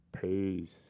Peace